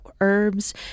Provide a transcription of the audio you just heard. herbs